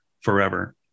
forever